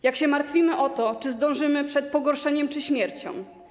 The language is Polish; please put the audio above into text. Jak się martwimy o to, czy zdążymy przed pogorszeniem czy śmiercią.